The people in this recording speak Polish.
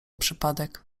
przypadek